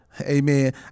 Amen